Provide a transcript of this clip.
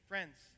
Friends